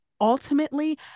ultimately